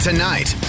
Tonight